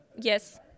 Yes